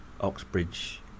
oxbridge